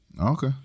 Okay